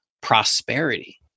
prosperity